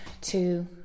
two